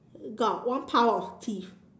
got one pile of teeth